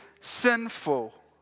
sinful